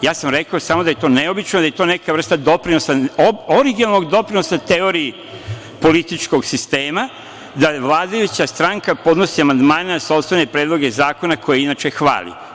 Ja sam rekao da je to neobično, da je to neka vrsta doprinosa, originalnog doprinosa teoriji političkog sistema da vladajuća stranka podnosi amandmane na sopstvene predloge zakona koje inače hvali.